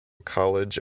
college